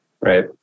Right